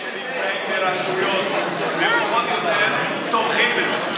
דווקא אלה שנמצאים ברשויות פחות או יותר תומכים בזה,